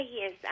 Yes